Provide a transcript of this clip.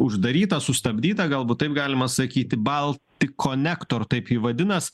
uždaryta sustabdyta galbūt taip galima sakyti balticconnector taip ji vadinas